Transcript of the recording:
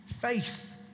Faith